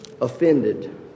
offended